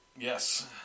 Yes